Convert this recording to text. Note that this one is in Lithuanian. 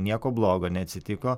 nieko blogo neatsitiko